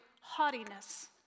haughtiness